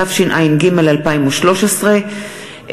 התשע"ג 2013,